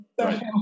right